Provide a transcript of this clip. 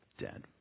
dead